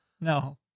No